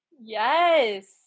Yes